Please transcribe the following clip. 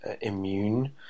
immune